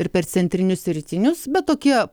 ir per centrinius ir rytinius bet tokie